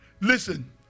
Listen